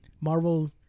marvel